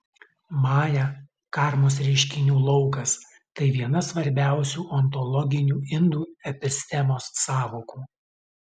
maja karmos reiškinių laukas tai viena svarbiausių ontologinių indų epistemos sąvokų